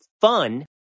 fun